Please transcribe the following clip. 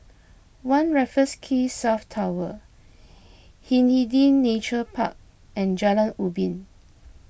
one Raffles Quay South Tower Hindhede Nature Park and Jalan Ubin